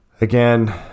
again